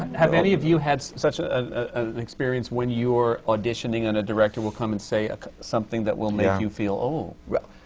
have any of you had such ah ah an experience when you're auditioning and a director will come and say something that will make you feel, oh! yeah.